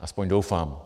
Aspoň doufám.